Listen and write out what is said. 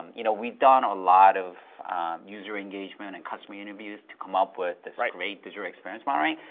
um you know, we've done a lot of user engagement and customer interviews to come up with this great digital experience monitoring.